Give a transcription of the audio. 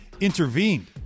intervened